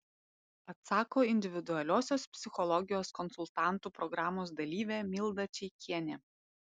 atsako individualiosios psichologijos konsultantų programos dalyvė milda čeikienė